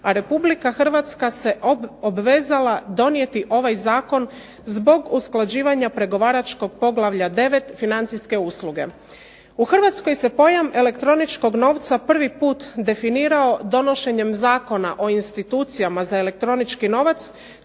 a Republika Hrvatske se obvezala donijeti ovaj Zakon zbog usklađivanja pregovaračkog poglavlja 9. financijske usluge. U Hrvatskoj se pojam elektroničkog novca prvi put definirao donošenjem Zakona o institucijama za elektronički novac,